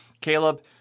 Caleb